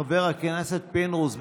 חבר הכנסת פינדרוס,